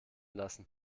lassen